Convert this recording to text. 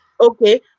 okay